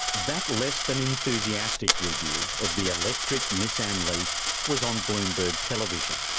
that less than enthusiastic review of the electric nissan leaf was on bloomberg television.